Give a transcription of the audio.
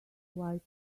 white